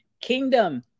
Kingdom